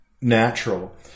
natural